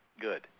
Good